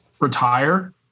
retire